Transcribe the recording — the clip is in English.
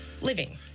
Living